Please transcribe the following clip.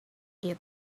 eat